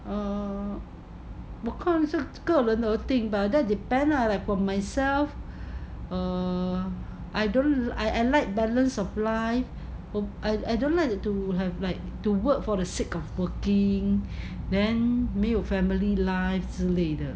err 我看是个人而定 bah that depend lah like for myself err I don't know I I like balance of life I I don't like to have like to work for the sake of working then 没有 family life 之类的